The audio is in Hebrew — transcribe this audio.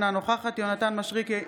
אינו נוכח יונתן מישרקי,